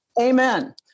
Amen